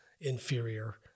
inferior